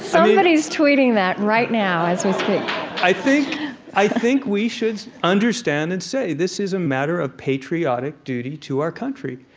so but is tweeting that right now as we speak i think i think we should understand and say this is a matter of patriotic duty to our country.